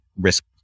risk